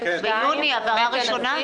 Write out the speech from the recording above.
זו פנייה של בית הנשיא.